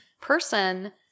person